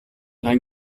dein